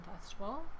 festival